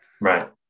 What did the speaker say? right